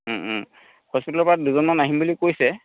হস্পিটেলৰ পৰা দুজনমান আহিম বুলি কৈছে